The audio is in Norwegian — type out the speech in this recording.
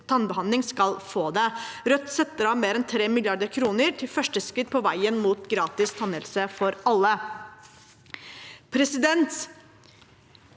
tannbehandling, skal få det. Rødt setter av mer enn 3 mrd. kr til første skritt på veien mot gratis tannhelse for alle.